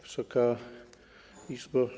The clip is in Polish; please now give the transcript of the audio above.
Wysoka Izbo!